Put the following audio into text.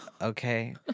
Okay